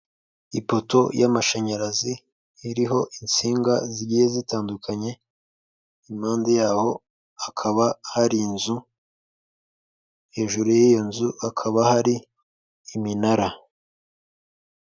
Ipoto y'amashanyarazi iriho insinga zigiye zitandukanye impande yaho hakaba hari inzu hejuru y'iyo nzu hakaba hari iminara.